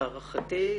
להערכתי,